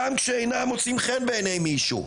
גם כשאינם מוצאים חן בעיניי מישהו",